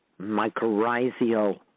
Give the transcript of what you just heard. mycorrhizal